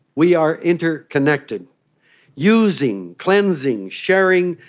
we are interconnected using, cleansing, sharing,